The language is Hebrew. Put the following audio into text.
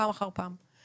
פעם אחר פעם,